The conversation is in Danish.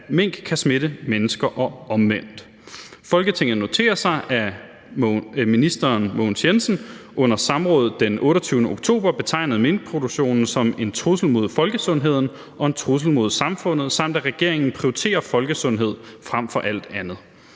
at mink kan smitte mennesker og omvendt. Folketinget noterer sig, at ministeren for fødevarer, fiskeri og ligestilling på et samråd den 28. oktober 2020 betegnede covid-19-smitten i minkproduktion som en »trussel mod folkesundheden« og en »trussel mod samfundet«, samt at regeringen »prioriterer folkesundhed frem for alt andet«.